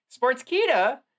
Sportskita